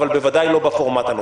אבל בוודאי לא בפורמט הנוכחי.